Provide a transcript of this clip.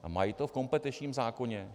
A mají to v kompetenčním zákoně?